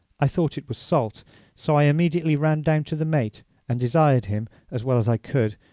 i thought it was salt so i immediately ran down to the mate and desired him, as well as i could,